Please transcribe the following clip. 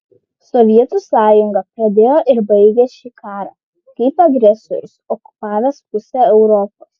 sovietų sąjunga pradėjo ir baigė šį karą kaip agresorius okupavęs pusę europos